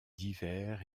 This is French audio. divers